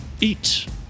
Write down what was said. Eat